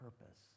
purpose